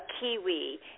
kiwi